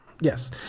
Yes